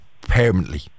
permanently